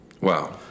Wow